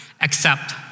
accept